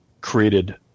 created